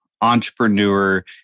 entrepreneur